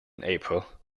april